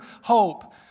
hope